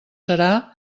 serà